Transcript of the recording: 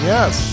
Yes